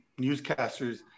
newscasters